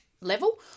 Level